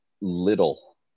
little